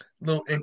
little